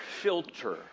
filter